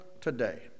today